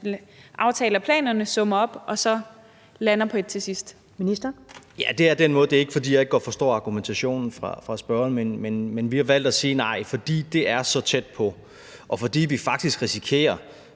Klima-, energi- og forsyningsministeren (Dan Jørgensen): Ja, det er den måde. Det er ikke, fordi jeg ikke godt forstår argumentationen fra spørgeren, men vi har valgt at sige, at fordi det er så tæt på, og fordi vi faktisk risikerer,